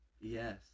Yes